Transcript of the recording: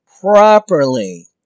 properly